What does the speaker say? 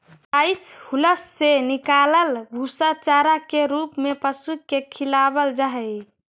rice hulls से निकलल भूसा चारा के रूप में पशु के खिलावल जा हई